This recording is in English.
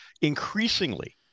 increasingly